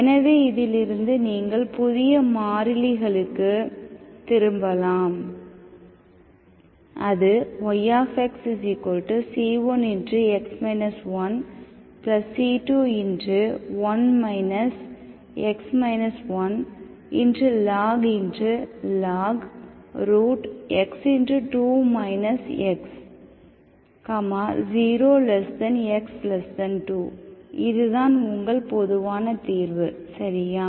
எனவே இதிலிருந்து நீங்கள் புதிய மாறிகளுக்குத் திரும்பலாம் அது yxc1x 1c21 x 1log x2 x 0x2 இதுதான் உங்கள் பொதுவான தீர்வு சரியா